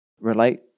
relate